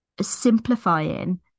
simplifying